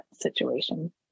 situation